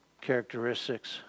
characteristics